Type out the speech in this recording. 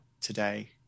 today